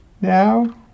now